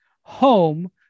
home